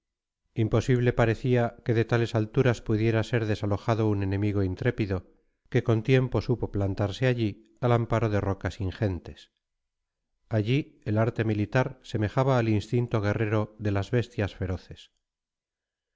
imposible parecía que de tales alturas pudiera ser desalojado un enemigo intrépido que con tiempo supo plantarse allí al amparo de rocas ingentes allí el arte militar semejaba al instinto guerrero de las bestias feroces